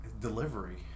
delivery